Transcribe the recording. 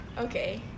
okay